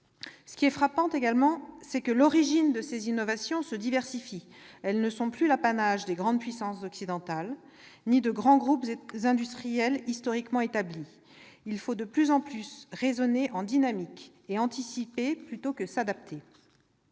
Ce qui est frappant également, c'est que l'origine de ces innovations se diversifie. Elles ne sont plus l'apanage des grandes puissances occidentales ni de grands groupes industriels historiquement établis. Il faut de plus en plus raisonner en dynamique, et anticiper plutôt que s'adapter.